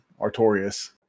artorias